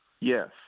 Yes